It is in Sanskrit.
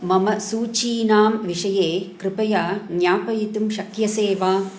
मम सूचीनां विषये कृपया ज्ञापयितुं शक्यसे वा